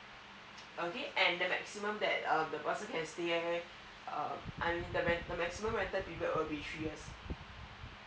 okay and the maximum that um the person can stay I mean the the maximum rental period will be three years